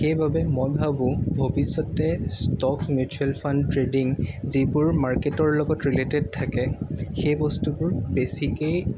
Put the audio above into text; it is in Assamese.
সেইবাবে মই ভাবোঁ ভৱিষ্যতে ষ্টক মিউছুৱেল ফাণ্ড ট্ৰেডিং যিবোৰ মাৰ্কেটৰ লগত ৰিলেটেড থাকে সেই বস্তুবোৰ বেছিকৈয়ে